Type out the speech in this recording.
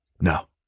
No